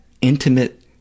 intimate